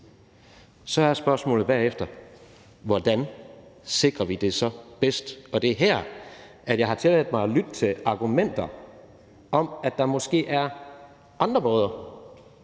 Så er spørgsmålet bagefter: Hvordan sikrer vi det så bedst? Og det er her, jeg har tilladt mig at lytte til argumenter om, at der måske er andre måder,